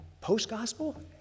post-gospel